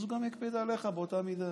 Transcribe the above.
אז גם הוא יקפיד עליך באותה מידה,